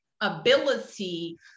ability